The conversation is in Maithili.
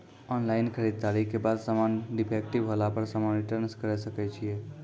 ऑनलाइन खरीददारी के बाद समान डिफेक्टिव होला पर समान रिटर्न्स करे सकय छियै?